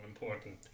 important